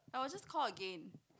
I will just call again